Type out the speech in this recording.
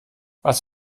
was